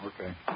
Okay